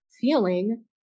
feeling